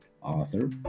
author